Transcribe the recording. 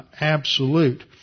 absolute